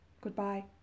Goodbye